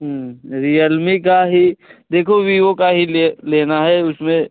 Realme का ही देखो विवो का ही ले लेना है उसमें